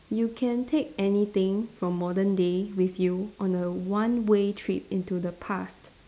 you can take anything from modern day with you on a one way trip into the past